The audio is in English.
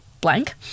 blank